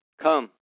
Come